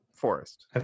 forest